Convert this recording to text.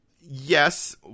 Yes